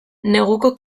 neguko